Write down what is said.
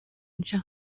anseo